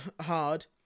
hard